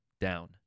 down